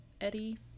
Eddie